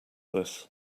this